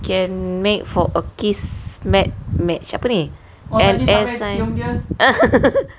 can make for a kiss match match apa ni M_S sign